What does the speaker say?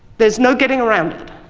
there's no getting around it,